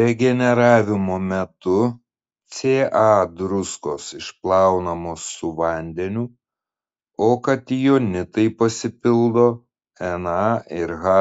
regeneravimo metu ca druskos išplaunamos su vandeniu o katijonitai pasipildo na ir h